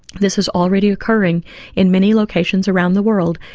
this is already occurring in many locations around the world.